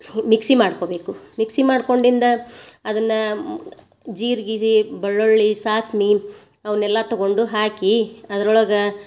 mixie ಮಾಡ್ಕೊಬೇಕು mixie ಮಾಡ್ಕೊಂಡಿಂದ ಅದನ್ನ ಜೀರ್ಗೀ ಬೆಳ್ಳುಳ್ಳಿ ಸಾಸ್ಮಿ ಅವನ್ನೆಲ್ಲ ತಗೊಂಡು ಹಾಕಿ ಅದ್ರೊಳಗೆ